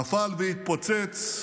נפל והתפוצץ.